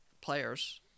players